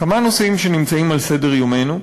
כמה נושאים שנמצאים על סדר-יומנו: